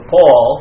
Paul